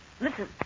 Listen